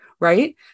Right